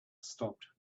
stopped